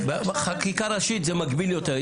חקיקה ראשית זה מגביל יותר.